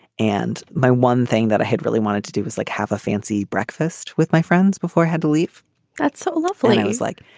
and my one thing that i had really wanted to do was like have a fancy breakfast with my friends before i had to leave. that's so lovely. i was like,